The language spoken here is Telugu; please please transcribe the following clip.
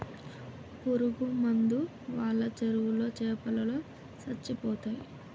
పురుగు మందు వాళ్ళ చెరువులో చాపలో సచ్చిపోతయ్